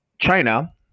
China